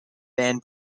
van